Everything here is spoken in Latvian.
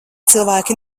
cilvēki